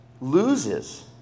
loses